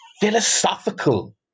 philosophical